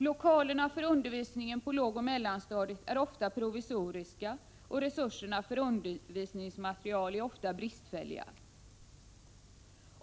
Lokalerna för undervisningen på lågoch mellanstadiet är också ofta provisoriska, och resurserna för undervisningsmaterial är ofta bristfälliga.